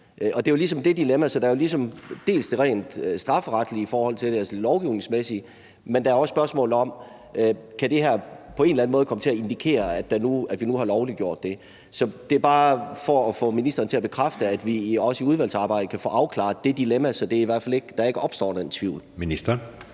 Og det er jo ligesom det dilemma, der er. Der er dels det rent strafferetlige i forhold til det, altså det lovgivningsmæssige, dels spørgsmålet om, om det her på en eller anden måde kan komme til at indikere, at vi nu har lovliggjort det. Så det er bare for at få ministeren til at bekræfte, at vi også i udvalgsarbejdet kan få afklaret det dilemma, så der i hvert fald ikke opstår den tvivl. Kl.